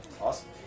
Awesome